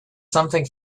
something